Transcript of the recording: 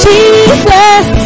Jesus